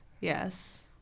yes